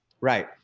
Right